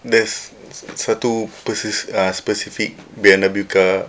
there's satu persis~ specific B_M_W